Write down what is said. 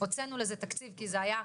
הוצאנו לזה תקציב כי זה היה חשוב.